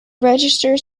registers